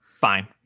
fine